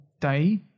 day